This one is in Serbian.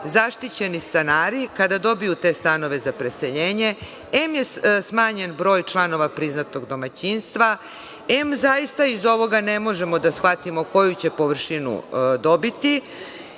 zaštićeni stanari kada dobiju te stanove za preseljenje, em je smanjen broj članova priznatog domaćinstva, em zaista iz ovoga ne možemo da shvatimo koju ćemo površinu dobiti,